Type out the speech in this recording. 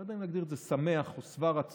לא יודע אם להגדיר את זה שמח או שבע רצון